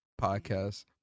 Podcast